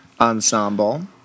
ensemble